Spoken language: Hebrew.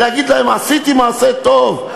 להגיד להם: עשיתי מעשה טוב,